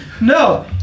No